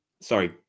sorry